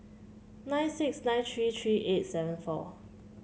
nine six nine three three eight seven four